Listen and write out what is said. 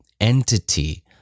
entity